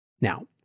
Now